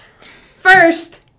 First